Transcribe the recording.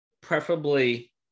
preferably